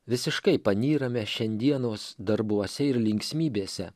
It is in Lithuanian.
visiškai panyrame šiandienos darbuose ir linksmybėse